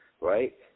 right